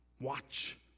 Watch